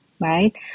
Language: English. right